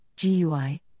GUI